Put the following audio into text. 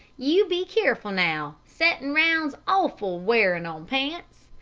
you be careful, now. settin' round's awful wearin' on pants.